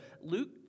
Luke